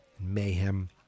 mayhem